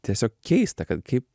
tiesiog keista kad kaip